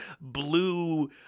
blue